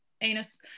anus